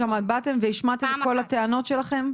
באתם והשמעתם את כל הטענות שלכם?